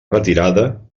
retirada